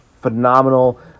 phenomenal